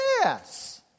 Yes